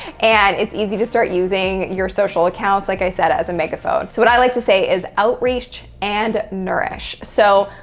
and it's easy to start using your social accounts, like i said, as a megaphone. so, what i like to say is outreach and nourish. so,